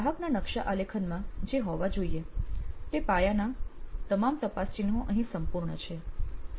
ગ્રાહકના નકશા આલેખનમાં જે હોવા જોઈએ તે પાયાના તમામ તપાસચિહ્નો અહીં સંપૂર્ણ છે